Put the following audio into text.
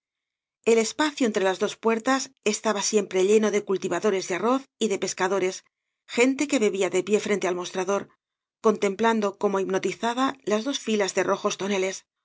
el espacio entre las dos puertas estaba siempre l eno de cultivadores de arroz y de pescadores gente que bebía de pie frente al mostrador contemplando como hipnotizada las dos filas de rojos toneles